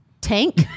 tank